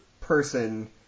person